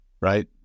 right